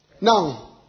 Now